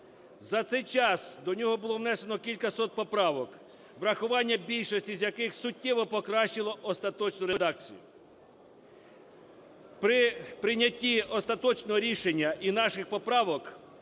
За цей час до нього було внесено кількасот поправок, врахування більшості з яких суттєво покращило остаточну редакцію. При прийнятті остаточного рішення і наших поправок